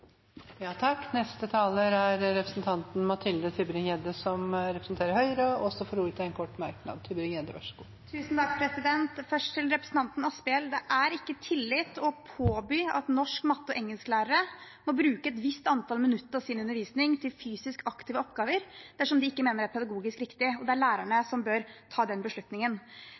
og får ordet til en kort merknad, begrenset til 1 minutt. Først til representanten Asphjell: Det er ikke tillit å påby at norsk-, matte- og engelsklærere må bruke et visst antall minutter av sin undervisning til fysisk aktive oppgaver, dersom de ikke mener det er pedagogisk riktig. Det er lærerne som bør ta den beslutningen.